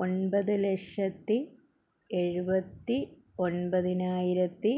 ഒൻപത് ലക്ഷത്തി ഏഴുപത്തി ഒൻപതിനായിരത്തി